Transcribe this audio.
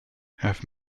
have